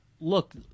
look